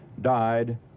died